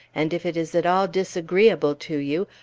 and if it is at all disagreeable to you,